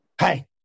hey